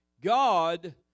God